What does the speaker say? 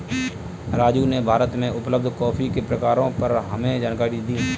राजू ने भारत में उपलब्ध कॉफी के प्रकारों पर हमें जानकारी दी